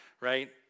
right